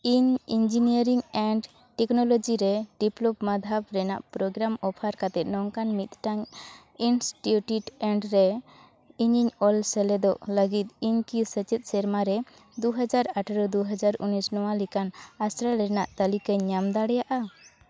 ᱤᱧ engineering and technology ᱨᱮ diploma ᱫᱷᱟᱯ ᱨᱮᱱᱟᱜ ᱯᱨᱳᱜᱨᱟᱢ ᱚᱯᱷᱟᱨ ᱠᱟᱛᱮᱫ ᱱᱚᱝᱠᱟᱱ ᱢᱤᱫᱴᱟᱝ ᱤᱱᱥᱴᱤᱴᱤᱭᱩᱥᱚᱱ ᱨᱮ ᱤᱧᱤᱧ ᱚᱞ ᱥᱮᱞᱮᱫᱚᱜ ᱞᱟᱹᱜᱤᱫ ᱤᱧᱠᱤ ᱥᱮᱪᱮᱫ ᱥᱮᱨᱢᱟᱨᱮ ᱫᱩᱦᱟᱡᱟᱨ ᱟᱴᱷᱟᱨᱚ ᱫᱩᱦᱟᱡᱟᱨ ᱩᱱᱤᱥ ᱱᱚᱣᱟ ᱞᱮᱠᱟᱱ ᱟᱥᱲᱟ ᱨᱮᱱᱟᱜ ᱛᱟᱞᱤᱠᱟᱧ ᱧᱟᱢ ᱫᱟᱲᱮᱭᱟᱜᱼᱟ